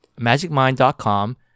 magicmind.com